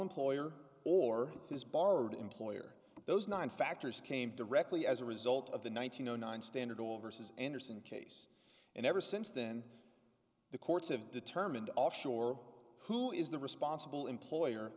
employer or has borrowed employer those nine factors came directly as a result of the one thousand and nine standard oil versus andersen case and ever since then the courts have determined offshore who is the responsible employer